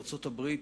ארצות-הברית,